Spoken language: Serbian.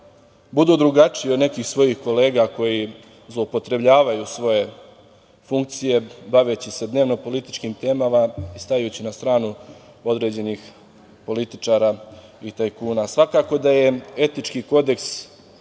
budu drugačiji od nekih svojih kolega koji zloupotrebljavaju svoje funkcije baveći se dnevno političkim temama i stajući na stranu određenih političara i tajkuna. Svakako da je etički kodeks,